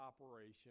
operation